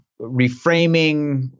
reframing